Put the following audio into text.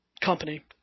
company